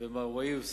ראש מועצת פקיעין,